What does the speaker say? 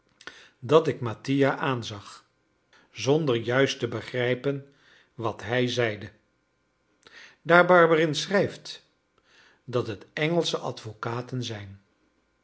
dat ik mattia aanzag zonder juist te begrijpen wat hij zeide daar barberin schrijft dat het engelsche advocaten zijn